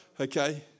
Okay